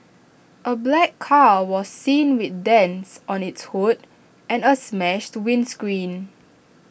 A black car was seen with dents on its hood and A smashed windscreen